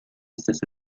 estas